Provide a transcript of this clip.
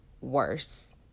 worse